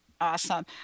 Awesome